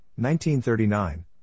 1939